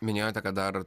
minėjote kad dar